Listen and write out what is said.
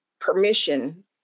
permission